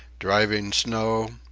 driving snow,